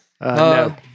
No